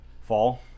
fall